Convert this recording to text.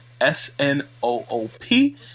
S-N-O-O-P